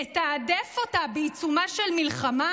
לתעדף אותה בעיצומה של מלחמה,